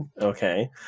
Okay